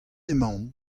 emaon